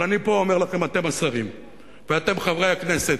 אבל אני אומר לכם, השרים וחברי הכנסת,